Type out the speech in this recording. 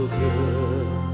good